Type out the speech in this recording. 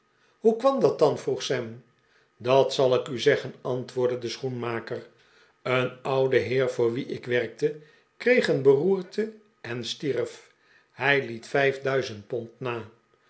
hoe kwam dat dan vroeg sam dat zal ik u zeggen antwoordde de schoenmaker een oude heer voor wien ik werkte kreeg een beroerte en stierf hij liet vijfduizend pond na